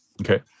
Okay